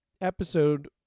episode